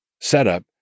setup